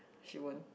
she won't